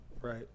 Right